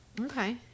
Okay